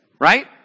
right